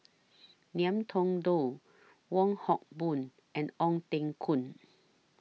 Ngiam Tong Dow Wong Hock Boon and Ong Teng Koon